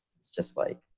it's just like,